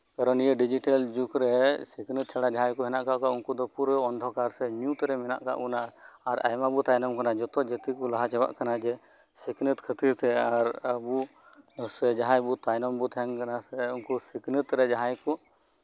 ᱵᱚᱨᱚᱱ ᱱᱤᱭᱟᱹ ᱰᱤᱡᱤᱴᱮᱞ ᱡᱮᱜᱽᱨᱮ ᱥᱤᱠᱷᱱᱟᱹᱛ ᱪᱷᱟᱲᱟ ᱡᱟᱦᱟᱸᱭ ᱠᱚ ᱢᱮᱱᱟᱜ ᱠᱟᱜ ᱠᱚ ᱩᱱᱠᱩ ᱫᱚ ᱚᱱᱫᱷᱚᱠᱟᱨ ᱥᱮ ᱧᱩᱛᱨᱮ ᱢᱮᱱᱟᱜ ᱠᱟᱜ ᱵᱚᱱᱟ ᱟᱨ ᱟᱭᱢᱟ ᱵᱚᱱ ᱛᱟᱭᱱᱚᱢ ᱠᱟᱱᱟ ᱡᱚᱛᱚ ᱡᱟᱹᱛᱤ ᱠᱚ ᱠᱚ ᱞᱟᱦᱟ ᱪᱟᱞᱟᱜ ᱠᱟᱱᱟ ᱥᱤᱠᱷᱱᱟᱹᱛ ᱠᱷᱟᱹᱛᱤᱨ ᱛᱮ ᱟᱨ ᱟᱵᱚ ᱡᱟᱦᱟᱸᱭ ᱵᱚ ᱛᱟᱭᱱᱚᱢ ᱵᱚᱱ ᱛᱟᱦᱮᱱ ᱩᱱᱠᱩ ᱥᱤᱠᱷᱱᱟᱹᱛᱨᱮ ᱡᱟᱦᱟᱭ ᱠᱚ